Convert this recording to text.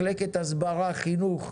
מחלקת הסברה, חינוך,